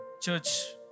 church